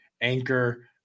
anchor